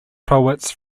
poets